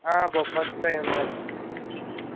బొప్పాయి కాయ ఉందండి